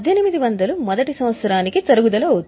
1800 మొదటి సంవత్సరానికి తరుగుదల అవుతుంది